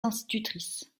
institutrice